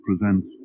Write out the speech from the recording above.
presents